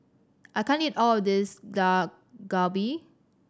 I can't eat all of this Dak Galbi